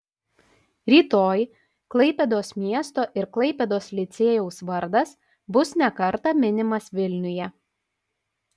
rytoj klaipėdos miesto ir klaipėdos licėjaus vardas bus ne kartą minimas vilniuje